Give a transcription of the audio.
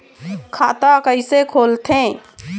खाता कइसे खोलथें?